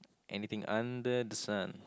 anything under the sun